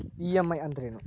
EMI ಅಂದ್ರೇನು?